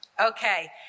Okay